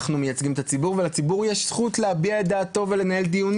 אנחנו מייצגים את הציבור ולציבור יש זכות להביע את דעתו ולנהל דיונים.